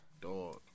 dog